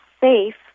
safe